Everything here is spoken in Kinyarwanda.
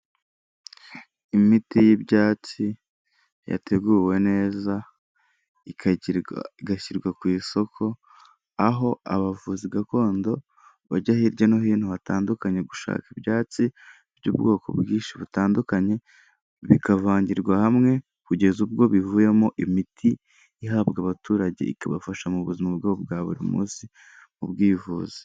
Imiti y'ibyatsi yateguwe neza igashyirwa ku isoko, aho abavuzi gakondo bajya hirya no hino hatandukanye gushaka ibyatsi by'ubwoko bwinshi butandukanye, bikavangirwa hamwe kugeza ubwo bivuyemo imiti ihabwa abaturage, ikabafasha mu buzima bwa buri munsi mu bwivuzi.